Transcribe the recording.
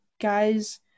guys